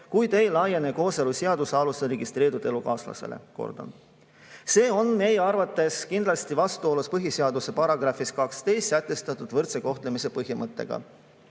kuid ei laiene kooseluseaduse alusel registreeritud elukaaslasele. Kordan: see on meie arvates kindlasti vastuolus põhiseaduse §-s 12 sätestatud võrdse kohtlemise põhimõttega.